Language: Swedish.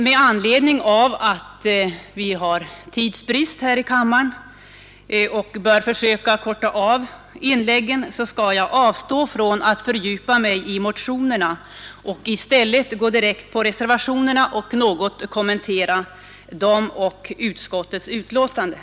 Med anledning av att vi har tidsbrist här i kammaren och bör försöka korta av inläggen skall jag avstå från att fördjupa mig i motionerna och i stället gå direkt på reservationerna och något kommentera dem och utskottets betänkande.